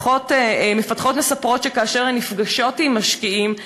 מפתחות מספרות שכאשר הן נפגשות עם משקיעים,